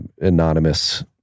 anonymous